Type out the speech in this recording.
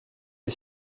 les